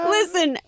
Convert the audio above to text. Listen